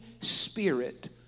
Spirit